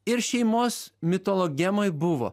ir šeimos mitologemoj buvo